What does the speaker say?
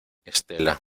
estela